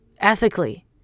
ethically